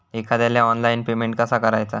एखाद्याला online payment कसा करायचा?